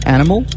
Animal